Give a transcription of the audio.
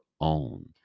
own